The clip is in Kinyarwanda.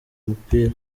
mupira